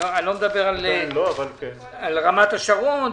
ברמת השרון,